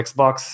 Xbox